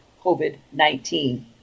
COVID-19